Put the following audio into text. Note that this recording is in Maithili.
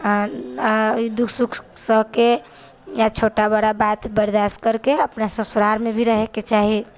आ दुःख सुख सहिके छोटा बड़ा बात बरदास्त करिके अपना ससुरारिमे भी रहयके चाही